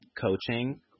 coaching